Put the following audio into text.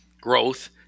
growth